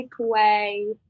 Takeaway